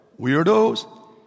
Weirdos